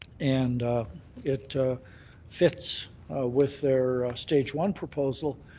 and it fits with their stage one proposal,